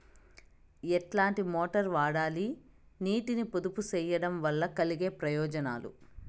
ఎట్లాంటి మోటారు వాడాలి, నీటిని పొదుపు సేయడం వల్ల కలిగే ప్రయోజనాలు?